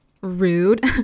rude